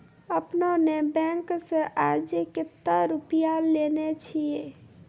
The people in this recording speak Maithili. आपने ने बैंक से आजे कतो रुपिया लेने छियि?